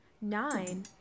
nine